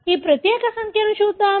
ఈ ప్రత్యేక సంఖ్యను చూద్దాం